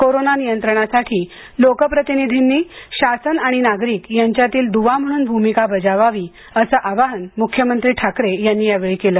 corona नियंत्रणासाठी लोकप्रतिनिधींनी शासन आणि नागरिक यांच्यातील दुवा म्हणून भूमिका बजावावी असं आवाहन मुख्यमंत्री ठाकरे यांनी यावेळी केलं